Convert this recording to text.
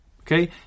Okay